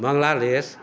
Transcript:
Bangladesh